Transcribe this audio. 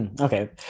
okay